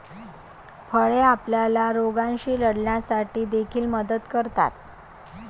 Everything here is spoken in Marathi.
फळे आपल्याला रोगांशी लढण्यासाठी देखील मदत करतात